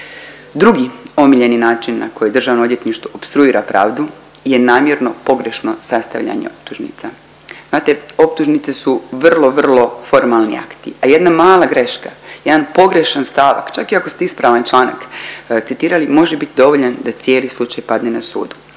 Drugi omiljeni način na koji državno odvjetništvo opstruira pravdu je namjerno pogrešno sastavljanje optužnica. Znate optužnice su vrlo, vrlo formalni akti, a jedna mala graška, jedan pogrešan stavak, čak i ako ste ispravan članak citirali, može bit dovoljan da cijeli slučaj padne na sudu.